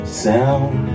sound